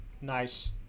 nice